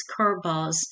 curveballs